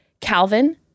Calvin